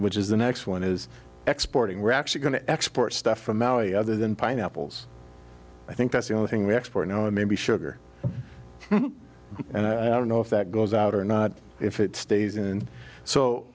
which is the next one is exporting we're actually going to export stuff from maui other than pineapples i think that's the only thing we export no maybe sugar and i don't know if that goes out or not if it stays in